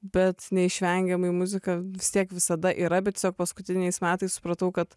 bet neišvengiamai muzika vis tiek visada yra bet tiesiog paskutiniais metais supratau kad